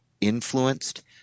influenced